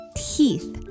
teeth